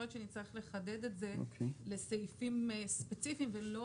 יכול להיות שנצטרך לחדד את זה לסעיפים ספציפיים ולא